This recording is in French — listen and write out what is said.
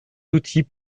outils